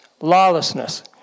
lawlessness